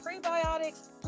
prebiotics